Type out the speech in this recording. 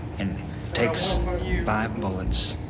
and takes five bullets,